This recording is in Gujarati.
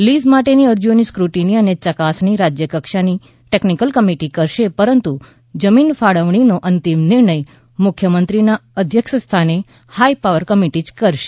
લીઝ માટેની અરજીઓની સ્કૂટિની અને ચકાસણી રાજ્યકક્ષાની ટેકનીકલ કમિટી કરશે પરંતુ જમીન ફાળવણીનો અંતિમ નિર્ણય મુખ્યમંત્રીના અધ્યક્ષસ્થાને હાઇપાવર કમિટી કરશે